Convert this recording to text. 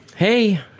Hey